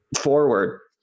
forward